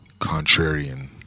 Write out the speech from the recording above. contrarian